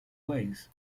ways